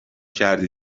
کردی